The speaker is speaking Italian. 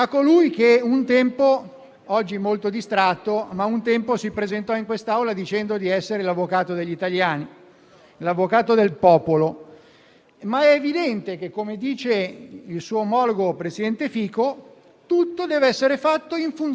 Ma è evidente che, come dice il presidente Fico, tutto deve essere fatto in funzione del permanere di Conte alla Presidenza del Consiglio dei ministri, poco importa il merito e poco importa il contenuto. Importa talmente tanto poco